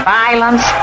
violence